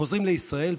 חוזרים לישראל,